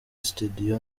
studio